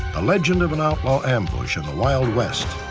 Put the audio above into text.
ah legend of an outlaw ambush in the wild west.